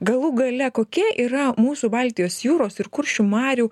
galų gale kokia yra mūsų baltijos jūros ir kuršių marių